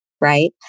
right